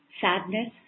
sadness